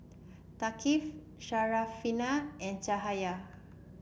Thaqif Syarafina and Cahaya